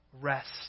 rest